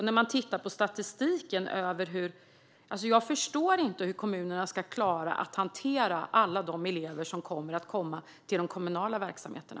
När jag tittar på statistiken förstår jag nämligen inte hur kommunerna ska klara att hantera alla de elever som kommer att komma till de kommunala verksamheterna.